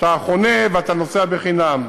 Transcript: שאתה חונה ואתה נוסע בחינם.